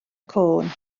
corn